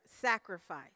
sacrifice